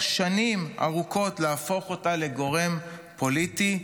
שנים ארוכות להפוך אותה לגורם פוליטי,